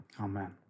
Amen